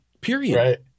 period